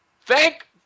Thank